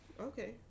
Okay